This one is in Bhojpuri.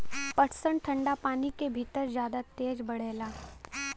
पटसन ठंडा पानी के भितर जादा तेज बढ़ेला